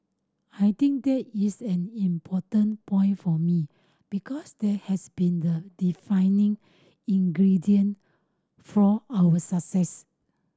I think that is an important point for me because that has been the defining ingredient for our success